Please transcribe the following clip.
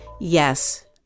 Yes